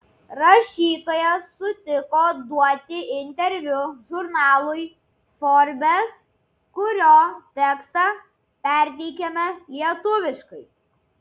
rašytojas sutiko duoti interviu žurnalui forbes kurio tekstą perteikiame lietuviškai